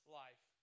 life